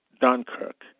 Dunkirk